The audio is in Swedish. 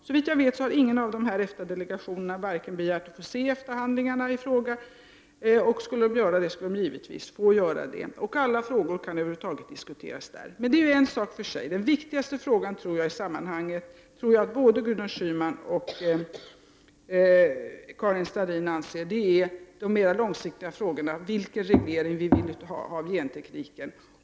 Såvitt jag vet har ingen av dessa i EFTA-delegationen begärt att få se EFTA-handlingarna i fråga. Skulle de begära detta skulle de givetvis få se dem. Alla frågor kan diskuteras där. Men det är en sak för sig. Jag tror att både Gudrun Schyman och Karin Starrin anser att den viktigaste frågan i sammanhangt är den mera långsiktiga frågan om vilken reglering det skall vara av gentekniken.